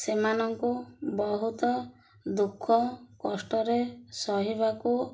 ସେମାନଙ୍କୁ ବହୁତ ଦୁଃଖ କଷ୍ଟରେ ସହିବାକୁ